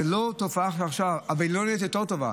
זאת לא תופעה מעכשיו, והיא לא נהיית יותר טובה.